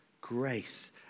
grace